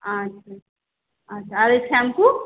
আচ্ছা আচ্ছা আর ওই শ্যাম্পু